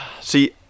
See